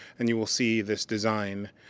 and you will see this design.